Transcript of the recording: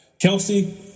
Kelsey